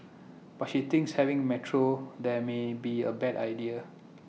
but she thinks having metro there may be A bad idea